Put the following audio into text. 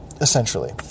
essentially